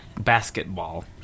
basketball